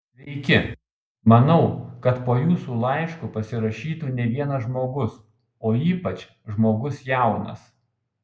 sveiki manau kad po jūsų laišku pasirašytų ne vienas žmogus o ypač žmogus jaunas